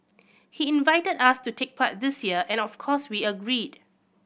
he invited us to take part this year and of course we agreed